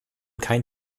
kein